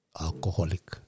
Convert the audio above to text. alcoholic